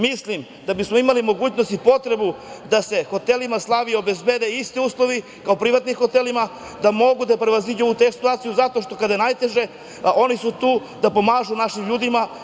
Mislim da bi smo imali mogućnost i potrebu da se hotelima „Slavija“ obezbede isti uslovi kao i privatnim hotelima, da mogu da prevaziđu ovu tešku situaciju zato što kada je najteže oni su tu da pomažu našim ljudima.